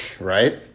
right